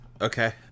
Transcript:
Okay